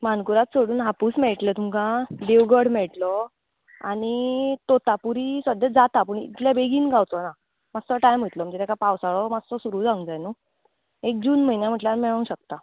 मानकुराद सोडून हापूस मेयट्ले तुमकां देवगड मेयट्लो आनी तोतापुरी सद्याक जाता पूण इतले बेगीन गावचो ना मास्सो टायम वयतलो म्हणजे तेका पावसाळो मास्सो सुरू जावंक जाय न्हय एक जून म्हयन्या म्हणल्यान मेळूंक शकता